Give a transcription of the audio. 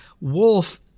Wolf